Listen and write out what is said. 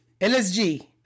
LSG